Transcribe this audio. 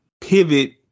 pivot